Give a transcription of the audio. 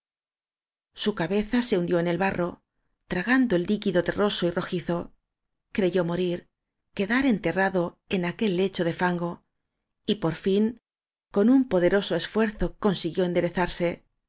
su cabeza se hundió en el barro tragando el líquido terroso y rojizo creyó morir quedar enterrado en aquel lecho de fango y por hn con un poderoso esfuerzo consiguió enderezar